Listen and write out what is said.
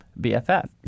BFF